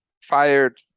fired